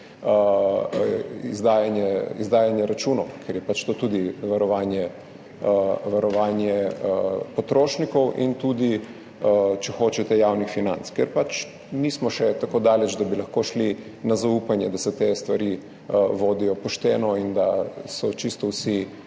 izdajanje računov, ker je to tudi varovanje potrošnikov in tudi, če hočete, javnih financ, ker še nismo tako daleč, da bi lahko šli na zaupanje, da se te stvari vodijo pošteno in da čisto vsi,